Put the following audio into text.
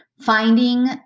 finding